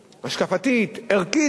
השקפתית, ערכית.